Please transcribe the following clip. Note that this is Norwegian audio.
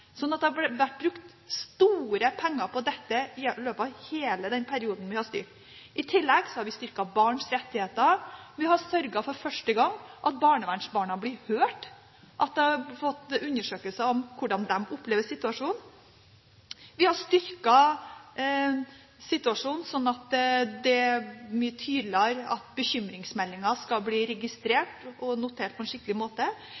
det har vært brukt store penger på dette i løpet av hele den perioden vi har styrt. I tillegg har vi styrket barns rettigheter. Vi har sørget for, for første gang, at barnevernsbarna blir hørt. Vi har hatt undersøkelser om hvordan de opplever situasjonen. Vi har styrket situasjonen, sånn at det er mye tydeligere at bekymringsmeldinger skal bli registrert og notert på en skikkelig måte.